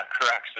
correct